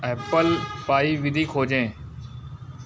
Apple pie विधि खोजें